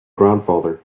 grandfather